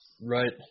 Right